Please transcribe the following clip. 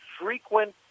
frequent